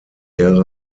ehre